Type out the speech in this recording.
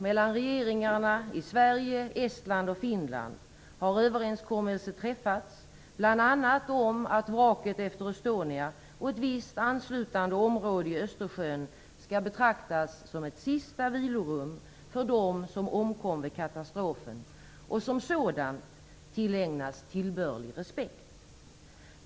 Estland och Finland har överenskommelse träffats bl.a. om att vraket efter Estonia och ett visst anslutande område i Östersjön skall betraktas som ett sista vilorum för dem som omkom vid katastrofen och som sådant tillägnas tillbörlig respekt.